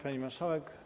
Pani Marszałek!